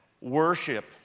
worship